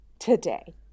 Today